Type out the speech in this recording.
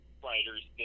writers